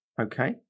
Okay